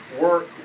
work